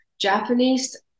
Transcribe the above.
japanese